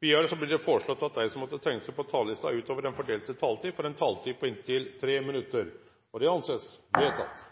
innenfor den fordelte taletid. Videre blir det foreslått at de som måtte tegne seg på talerlisten utover den fordelte taletid, får en taletid på inntil 3 minutter. – Det anses vedtatt.